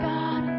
God